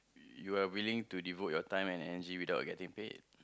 you are willing to devote your time and energy without getting paid